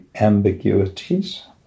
ambiguities